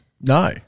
No